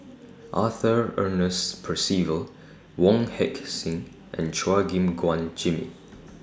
Arthur Ernest Percival Wong Heck Sing and Chua Gim Guan Jimmy